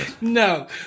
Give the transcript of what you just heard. No